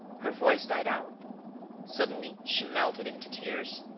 her voice died out suddenly she melted into tears.